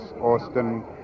Austin